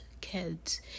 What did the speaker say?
kids